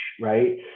right